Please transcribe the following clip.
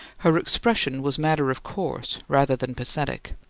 her expression was matter-of-course, rather than pathetic,